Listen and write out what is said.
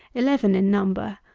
eleven in number.